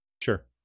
Sure